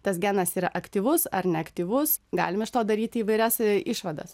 tas genas yra aktyvus ar neaktyvus galim iš to daryti įvairias išvadas